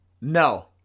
No